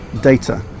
data